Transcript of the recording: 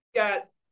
got